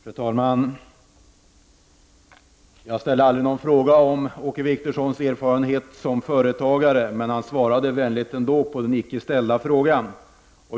Fru talman! Jag ställde aldrig någon fråga om Åke Wictorssons erfarenhet som småföretagare, men han svarade vänligt ändå på den icke ställda frågan.